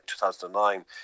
2009